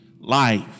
life